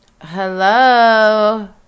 Hello